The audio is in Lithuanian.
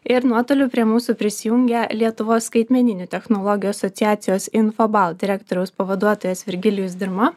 ir nuotoliu prie mūsų prisijungia lietuvos skaitmeninių technologijų asociacijos infobalt direktoriaus pavaduotojas virgilijus dirma